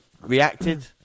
reacted